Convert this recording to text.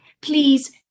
Please